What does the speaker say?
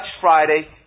Friday